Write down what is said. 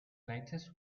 latest